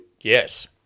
Yes